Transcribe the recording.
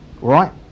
right